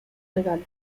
regalo